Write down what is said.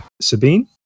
Sabine